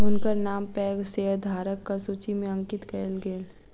हुनकर नाम पैघ शेयरधारकक सूचि में अंकित कयल गेल